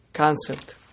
Concept